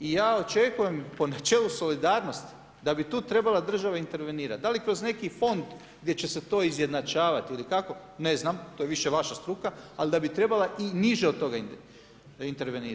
I ja očekujem po načelu solidarnosti da bi tu trebala država intervenirati da li kroz neki fond gdje će se to izjednačavati ili kako ne znam, to je više vaša struka, ali da bi trebala i niže od toga intervenirati.